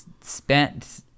spent